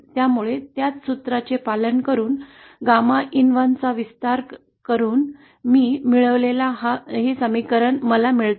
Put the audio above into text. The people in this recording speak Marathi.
त्यामुळे त्याच सूत्राचे पालन करून GAMAin1 चा विस्तार करून मी मिळवलेला हा समीकरण मला मिळतो